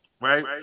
Right